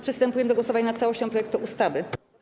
Przystępujemy do głosowania nad całością projektu ustawy.